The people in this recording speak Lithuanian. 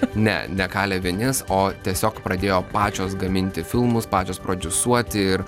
ne ne kalė vinis o tiesiog pradėjo pačios gaminti filmus pačios prodiusuoti ir